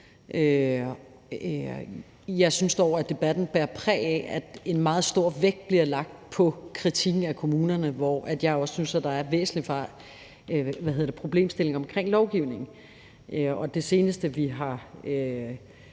Jeg synes dog, at debatten bærer præg af, at en meget stor vægt bliver lagt på kritikken af kommunerne, hvor jeg også synes, at der er væsentlige problemstillinger omkring lovgivningen. Det seneste, vi har